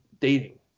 dating